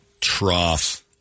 Troughs